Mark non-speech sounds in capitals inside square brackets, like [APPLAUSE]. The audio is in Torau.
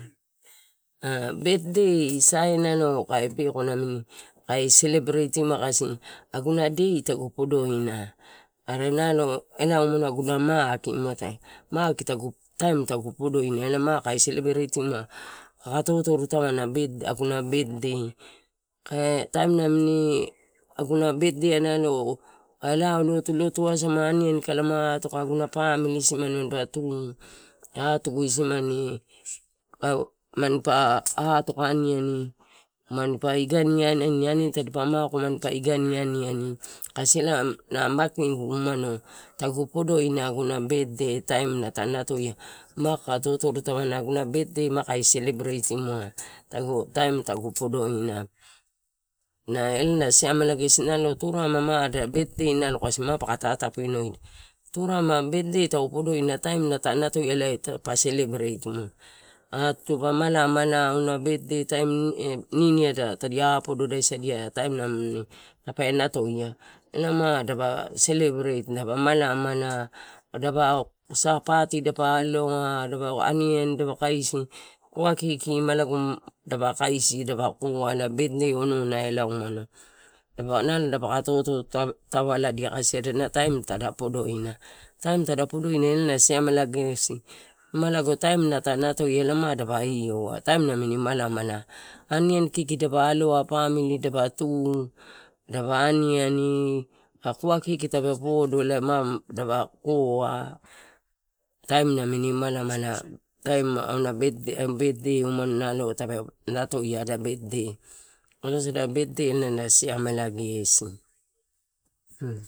[HESITATION] betdei saia kae selebretima kasi aguna dei tagu podoina. Are elae umano aguna maki, muatae taim tagu podo ina kae selebretimua, kakae totoru tavana aguna betdei. Aka taim namini aguna betdei kae lao lotu, lotu asoma amani kae lama atoka aguna pamili isimana manpa tu, atugu isima, manpa atoka aniani, manpa idani aniani, aniani tadipa mako manpa idaina aniani, kasi elae na makigu umano tagu podoina aguna betdei, taim na ta, natoia, makaka totorutarana, kae selebretimua taim tagu podoina, na elae nasiamela gesi betdei kasi, turarema betdei kasi ma paka tatapinoina, turarema betdei taim na, ta natoia pa selebreitimua pa malamala auna betdei niniada tadi apoapodoasada, taim nami tape natoio, elae ma dapa selebret, dapa malamala, sa dapa malama, aniani dapa kaisi, koa kiki uma lago dapa kaisi dap koa, na betdei onouna elae umano, nalo dapaka totorutavalodia, elae kasi odana taim tada podoina, taim taela podoina elae na siamela gesi. Mala taimua ta natoia ma eh dapa ioua malamala. Aniani kiki tape podo elae, dapa ma elae dapa koa taim namini malamala auna betdei uma tape notoia, ada betdei, elae wasagu betdei elae na siamela gesi.